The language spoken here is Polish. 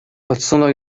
odsunął